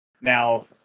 now